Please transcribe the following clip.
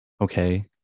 okay